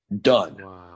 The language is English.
done